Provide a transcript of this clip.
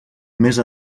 més